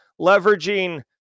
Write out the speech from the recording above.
leveraging